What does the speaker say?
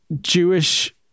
Jewish